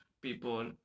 people